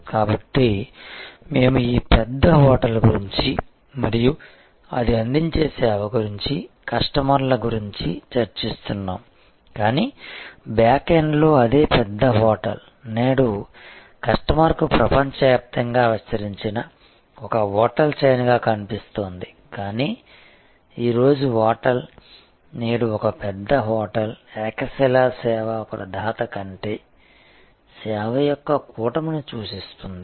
కాబట్టి మేము ఈ పెద్ద హోటల్ గురించి మరియు అది అందించే సేవ గురించి కస్టమర్ల గురించి చర్చిస్తున్నాము కానీ బ్యాకెండ్లో అదే పెద్ద హోటల్ నేడు కస్టమర్కు ప్రపంచవ్యాప్తంగా విస్తరించిన ఒక హోటల్ చైన్గా కనిపిస్తోంది కానీ ఈ రోజు హోటల్ నేడు ఒక పెద్ద హోటల్ ఏకశిలా సేవా ప్రదాత కంటే సేవ యొక్క కూటమిని సూచిస్తుంది